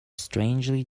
strangely